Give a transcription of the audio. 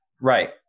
Right